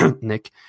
Nick